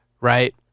right